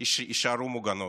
יישארו מוגנות.